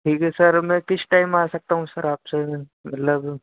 ठीक है सर मैं किस टाइम आ सकता हूँ सर आपसे मतलब